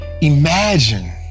Imagine